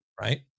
Right